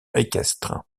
équestre